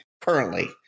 currently